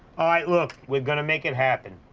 all right, look, we're gonna make it happen.